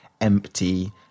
empty